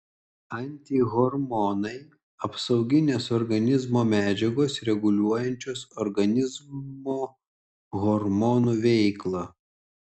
antihormonai apsauginės organizmo medžiagos reguliuojančios organizmo hormonų veiklą